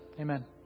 Amen